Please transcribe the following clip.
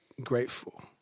grateful